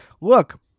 Look